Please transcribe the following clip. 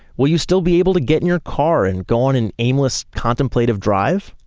will you still be able to get in your car and go on an aimless contemplative drive?